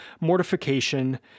mortification